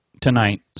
tonight